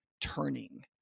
turning